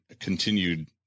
continued